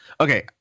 Okay